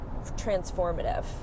transformative